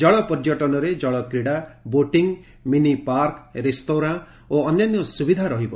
ଜଳ ପର୍ଯ୍ୟଟନରେ ଜଳକ୍ରୀଡ଼ା ବୋଟିଂ ମିନି ପାର୍କ ରେସ୍ତୋରାଁ ଓ ଅନ୍ୟାନ୍ୟ ସୁବିଧା ରହିବ